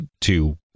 two